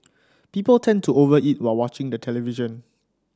people tend to over eat while watching the television